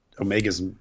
omega's